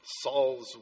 Saul's